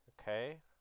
Okay